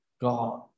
God